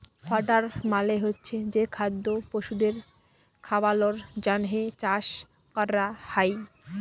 fodder মালে হচ্ছে যে খাদ্য পশুদের খাওয়ালর জন্হে চাষ ক্যরা হ্যয়